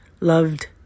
loved